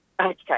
Okay